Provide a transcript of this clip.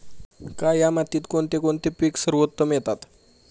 काया मातीत कोणते कोणते पीक आहे सर्वोत्तम येतात?